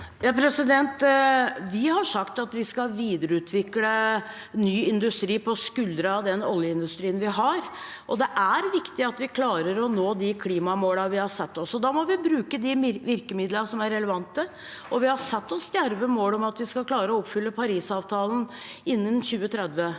(A) Vi har sagt at vi skal videreutvikle ny industri på skuldrene til den oljeindustrien vi har, og det er viktig at vi klarer å nå de klimamålene vi har satt oss. Da må vi bruke de virkemidlene som er relevante, og vi har satt oss djerve mål om at vi skal klare å oppfylle Parisavtalen innen 2030.